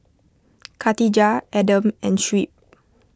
Khatijah Adam and Shuib